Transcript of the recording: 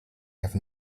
have